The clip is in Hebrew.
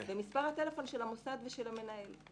ומספר הטלפון של המוסד ושל המנהל.